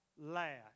last